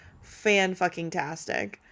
fan-fucking-tastic